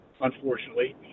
unfortunately –